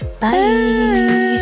bye